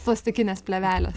plastikinės plėvelės